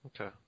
Okay